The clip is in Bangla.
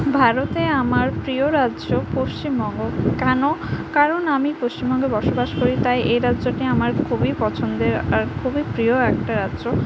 ভারতে আমার প্রিয় রাজ্য পশ্চিমবঙ্গ কেন কারণ আমি পশ্চিমবঙ্গে বসবাস করি তাই এই রাজ্যটি আমার খুবই পছন্দের আর খুবই প্রিয় একটা রাজ্য